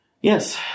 Yes